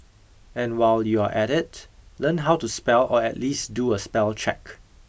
and while you're at it learn how to spell or at least do a spell check